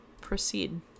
Proceed